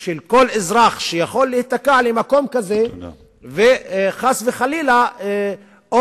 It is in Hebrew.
של כל אזרח שיכול להיתקע במקום כזה וחס וחלילה או